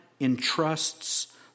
entrusts